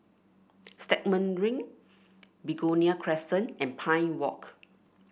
Stagmont Ring Begonia Crescent and Pine Walk